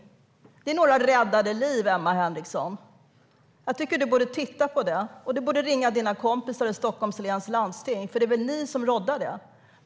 Men det är några räddade liv, Emma Henriksson. Jag tycker att du borde titta på det. Du borde ringa dina kompisar i Stockholms läns landsting, för det är väl ni som råddar det.